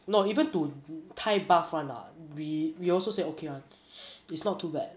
no even to 太 buff [one] ah we we also said okay [one] it's not too bad